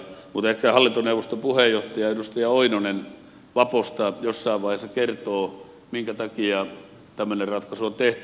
mutta ehkä hallintoneuvoston puheenjohtaja edustaja oinonen vaposta jossain vaiheessa kertoo minkä takia tämmöinen ratkaisu on tehty